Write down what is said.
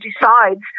decides